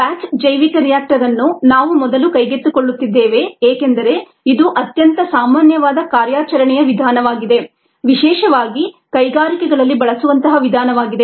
batch ಜೈವಿಕ reactor ಅನ್ನು ನಾವು ಮೊದಲು ಕೈಗೆತ್ತಿಕೊಳ್ಳುತ್ತಿದ್ದೇವೆ ಏಕೆಂದರೆ ಇದು ಅತ್ಯಂತ ಸಾಮಾನ್ಯವಾದ ಕಾರ್ಯಾಚರಣೆಯ ವಿಧಾನವಾಗಿದೆ ವಿಶೇಷವಾಗಿ ಕೈಗಾರಿಕೆಗಳಲ್ಲಿ ಬಳಸುವಂತಹ ವಿಧಾನವಾಗಿದೆ